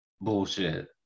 bullshit